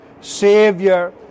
Savior